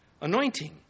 anointing